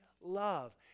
love